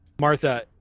Martha